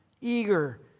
eager